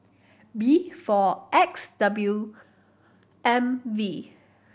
B four X W M V